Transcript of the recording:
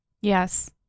Yes